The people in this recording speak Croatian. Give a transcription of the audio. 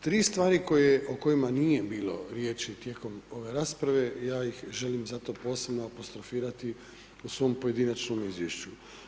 Tri stvari koje, o kojima nije bilo riječi tijekom ove rasprave, ja ih želim zato posebno apostrofirati u svom pojedinačnom izvješću.